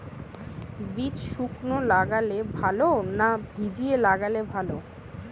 বীজ শুকনো লাগালে ভালো না ভিজিয়ে লাগালে ভালো?